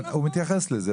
הוא מתייחס לזה.